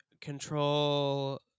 control